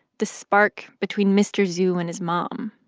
the spark between mr. zhu and his mom,